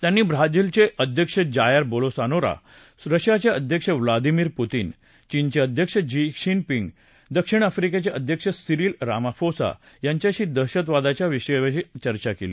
त्यांनी ब्राझीलचे अध्यक्ष जायर बोलोसोनारो रशियाचे अध्यक्ष ब्लादीमिर पुतिन चीनचे अध्यक्ष शी जिनपिंग आणि दक्षिण आफ्रिकेचे अध्यक्ष सिरिल रामाफोसा यांच्याशी दहशतवादाच्या धोक्याविषयी चर्चा केली